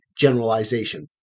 generalization